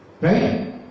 Right